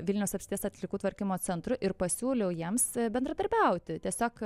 vilniaus apskrities atliekų tvarkymo centru ir pasiūliau jiems bendradarbiauti tiesiog